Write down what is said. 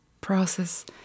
process